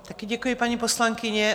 Taky děkuji, paní poslankyně.